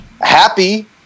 happy